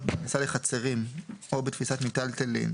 בכניסה לחצרים או בתפיסת מיטלטלין,